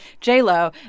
J-Lo